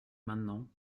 maintenant